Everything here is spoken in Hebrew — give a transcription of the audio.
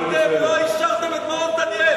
אתם לא אישרתם את מעוז-דניאל.